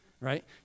right